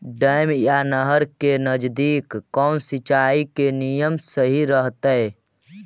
Dam या नहर के नजदीक कौन सिंचाई के नियम सही रहतैय?